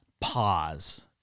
pause